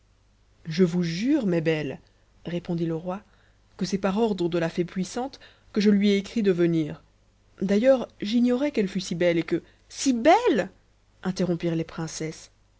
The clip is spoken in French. je vous jure mes belles répondit le roi que c'est par ordre de la fée puissante que je lui ai écrit de venir d'ailleurs j'ignorais qu'elle fût si belle et que si belle interrompirent les princesses